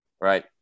Right